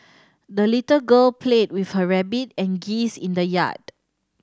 the little girl played with her rabbit and geese in the yard